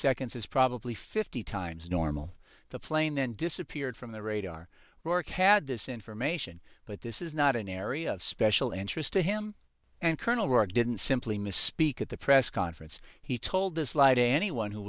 seconds is probably fifty times normal the plane then disappeared from the radar for cad this information but this is not an area of special interest to him and colonel rick didn't simply misspeak at the press conference he told the slide anyone who